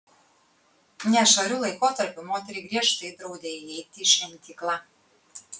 nešvariu laikotarpiu moteriai griežtai draudė įeiti į šventyklą